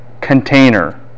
container